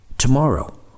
tomorrow